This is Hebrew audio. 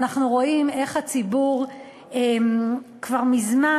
ואנחנו רואים איך הציבור כבר מזמן,